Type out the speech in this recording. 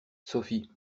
sophie